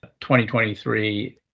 2023